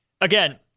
Again